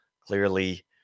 clearly